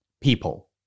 People